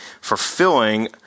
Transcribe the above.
fulfilling